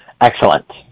Excellent